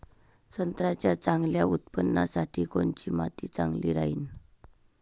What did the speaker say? संत्र्याच्या चांगल्या उत्पन्नासाठी कोनची माती चांगली राहिनं?